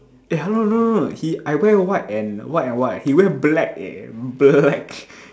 eh hello no no no he I wear white and white and white he wear black eh black